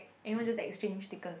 everyone just exchange stickers